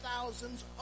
thousands